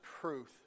Truth